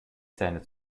zähne